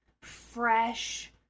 fresh